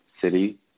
city